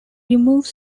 removes